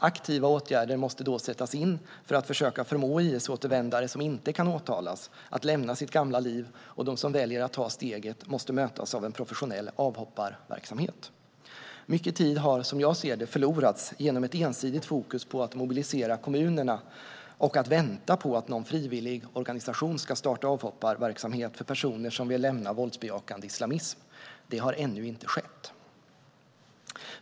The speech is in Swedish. Aktiva åtgärder måste då sättas in för att försöka förmå IS-återvändare, som inte kan åtalas, att lämna sitt gamla liv, och de som väljer att ta steget måste mötas av en professionell avhopparverksamhet. Mycket tid har, som jag ser det, förlorats genom ett ensidigt fokus på att mobilisera kommunerna och att vänta på att någon frivilligorganisation ska starta avhopparverksamhet för personer som vill lämna våldsbejakande islamism. Det har ännu inte skett.